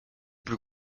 plus